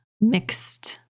mixed